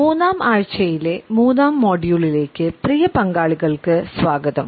മൂന്നാം ആഴ്ചയിലെ മൂന്നാം മൊഡ്യൂളിലേക്ക് പ്രിയ പങ്കാളികൾക്ക് സ്വാഗതം